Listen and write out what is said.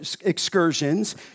excursions